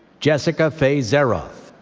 jessica faye zeroth.